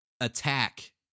attack